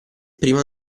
prima